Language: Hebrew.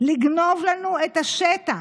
לגנוב לנו את השטח.